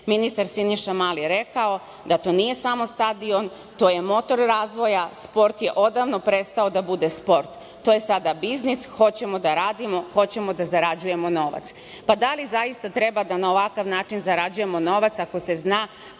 ministar Siniša Mali rekao – da to nije samo stadion to je motor razvoja, sport je odavno prestao da bude sport, to je sada biznis, hoćemo da radimo, hoćemo da zarađujemo novac. Pa, da li zaista treba da na ovakav način zarađujemo novac ako se zna